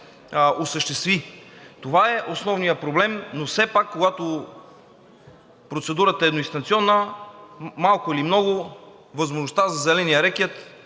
осъществи. Това е основният проблем, но все пак, когато процедурата е едноинстанционна, малко или много възможността за зеления рекет